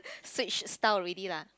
switch style already lah